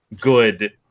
good